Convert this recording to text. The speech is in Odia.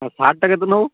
ହଁ ସାର୍ଟଟା କେତେ ନେବ